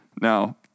Now